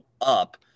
up